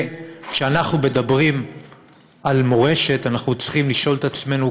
וכשאנחנו מדברים על מורשת אנחנו צריכים לשאול את עצמנו,